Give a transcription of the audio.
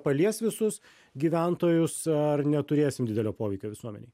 palies visus gyventojus ar neturėsim didelio poveikio visuomenėj